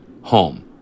home